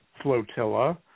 Flotilla